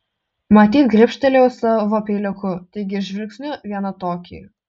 matyt gribštelėjau savo peiliuku taigi žvilgsniu vieną tokį